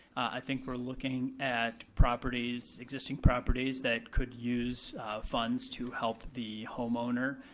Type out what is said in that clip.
i think we're looking at properties, existing properties that could use funds to help the home owner